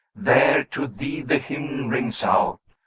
there to thee the hymn rings out,